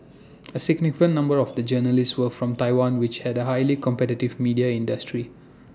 A significant number of A journalists were from Taiwan which had A highly competitive media industry